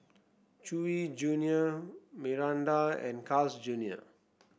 Chewy Junior Mirinda and Carl's Junior